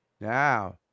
now